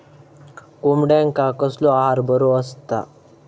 कोंबड्यांका कसलो आहार बरो असता?